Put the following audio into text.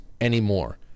anymore